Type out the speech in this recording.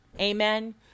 Amen